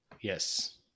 Yes